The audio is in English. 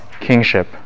kingship